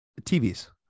TVs